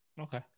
Okay